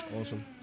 Awesome